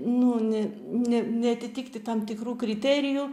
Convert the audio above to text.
nu ne ne neatitikti tam tikrų kriterijų